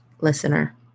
listener